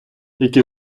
які